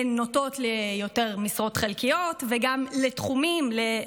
הן נוטות ליותר משרות חלקיות וגם לעיסוק